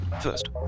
First